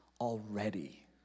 already